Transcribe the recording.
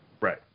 Right